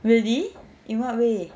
really in what way